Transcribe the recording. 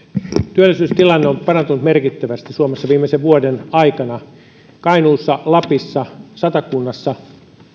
työllisyystilanne on parantunut merkittävästi suomessa viimeisen vuoden aikana kainuussa lapissa satakunnassa